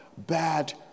bad